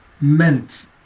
meant